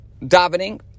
davening